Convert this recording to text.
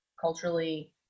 culturally